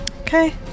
Okay